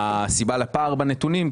הסיבה לפער בנתונים,